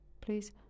Please